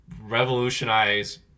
revolutionize